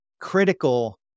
critical